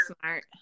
smart